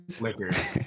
Liquors